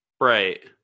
Right